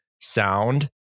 sound